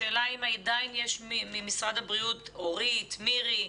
השאלה, אם עדיין יש ממשרד הבריאות, אורית, מירי,